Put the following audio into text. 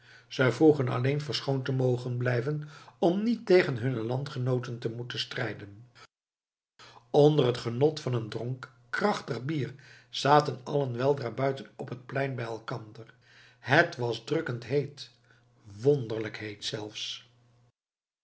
ze vroegen alleen verschoond te mogen blijven om niet tegen hunne landgenooten te moeten strijden onder het genot van een dronk krachtig bier zaten allen weldra buiten op het plein bij elkander het was drukkend heet wonderlijk heet zelfs